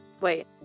Wait